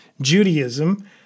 Judaism